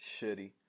shitty